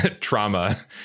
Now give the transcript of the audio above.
trauma